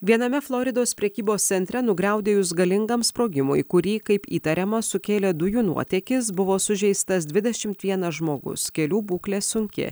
viename floridos prekybos centre nugriaudėjus galingam sprogimui kurį kaip įtariama sukėlė dujų nuotėkis buvo sužeistas dvidešimt vienas žmogus kelių būklė sunki